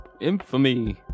Infamy